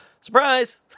Surprise